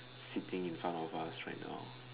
sitting in front of us right now